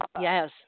Yes